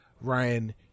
Ryan